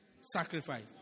sacrifice